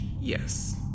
yes